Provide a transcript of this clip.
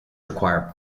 require